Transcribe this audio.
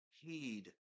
heed